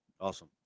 Awesome